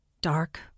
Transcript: Dark